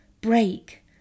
Break